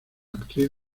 actriz